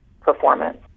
performance